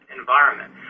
environment